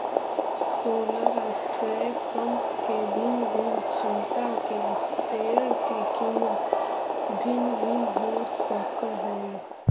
solar spray pump के भिन्न भिन्न क्षमता के स्प्रेयर के कीमत भिन्न भिन्न हो सकऽ हइ